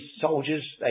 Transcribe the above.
soldiers